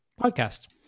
podcast